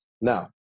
Now